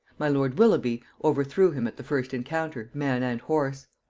my lord willoughby overthrew him at the first encounter, man and horse.